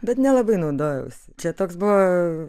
bet nelabai naudojausi čia toks buvo